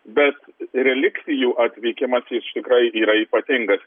bet relikvijų atvykimas jis tikrai yra ypatingas